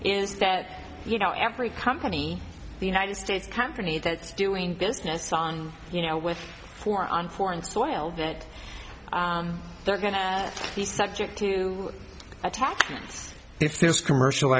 is that you know every company the united states company that's doing business on you know with four on foreign soil that they're going to be subject to attack if there's commercial